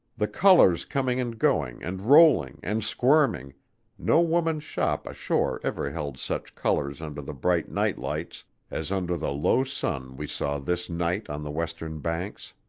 the colors coming and going and rolling and squirming no women's shop ashore ever held such colors under the bright nightlights as under the low sun we saw this night on the western banks.